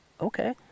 Okay